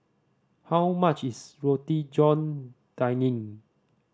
how much is Roti John Daging